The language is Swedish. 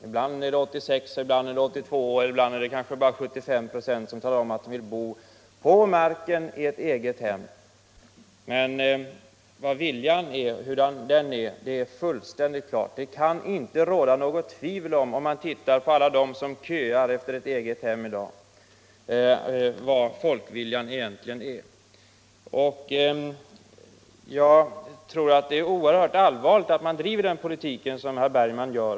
Ibland är det 86, 82 eller kanske 75 96 som talar om att de vill bo på marken i ett eget hem. Det är fullständigt klart vad folk vill ha. Det kan inte råda något tvivel om vad folkviljan egentligen står för, när man tittar på alla dem som i dag köar efter ett eget hem. Jag tror att det är oerhört allvarligt att driva en sådan politik som herr Bergman gör.